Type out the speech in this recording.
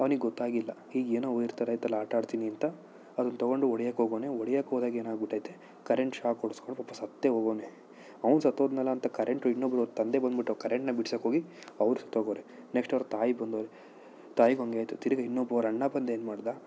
ಅವನಿಗೆ ಗೊತ್ತಾಗಿಲ್ಲ ಹೀಗೆ ಏನೋ ವೈರ್ ಥರ ಇತ್ತಲ್ಲ ಆಟ ಆಡ್ತೀನೀಂತ ಅದನ್ನು ತೊಗೊಂಡು ಹೊಡ್ಯೋಕ್ಕೆ ಹೋಗವ್ನೆ ಹೊಡ್ಯೋಕ್ಕೆ ಹೋದಾಗ ಏನಾಗಿಬಿಟ್ಟೈತೆ ಕರೆಂಟ್ ಶಾಕ್ ಹೊಡೆಸ್ಕೊಂಡು ಪಾಪ ಸತ್ತೇ ಹೋಗವ್ನೆ ಅವನು ಸತ್ತೋದ್ನಲ್ಲ ಅಂತ ಕರೆಂಟ್ ಇನ್ನೊಬ್ರು ಅವನ ತಂದೆ ಬಂದುಬಿಟ್ಟು ಕರೆಂಟ್ನ್ನ ಬಿಡಿಸೋಕ್ಕೋಗಿ ಅವರೂ ಸತ್ತೋಗವ್ರೆ ನೆಕ್ಷ್ಟ್ ಅವರ ತಾಯಿ ಬಂದವ್ರೆ ತಾಯಿಗೂ ಹಂಗೇ ಆಯ್ತು ತಿರುಗಾ ಇನ್ನೊಬ್ಬ ಅವರ ಅಣ್ಣ ಬಂದು ಏನು ಮಾಡಿದ